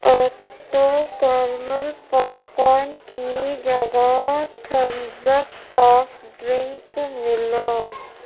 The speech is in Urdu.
act two caramel popcorn کی جگہ تھمز اپ سافٹ ڈرنک ملا